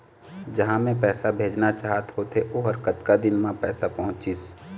जहां मैं पैसा भेजना चाहत होथे ओहर कतका दिन मा पैसा पहुंचिस?